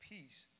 Peace